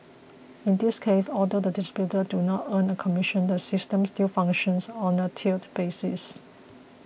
in this case although the distributors do not earn a commission the system still functions on a tiered basis